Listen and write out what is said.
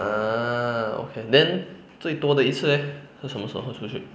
ah okay then 最多的一次 eh 是什么时候出去